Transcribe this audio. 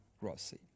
Grossi